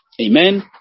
amen